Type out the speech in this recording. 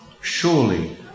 Surely